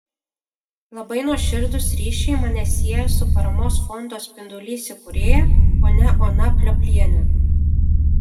labai nuoširdūs ryšiai mane sieja su paramos fondo spindulys įkūrėja ponia ona pliopliene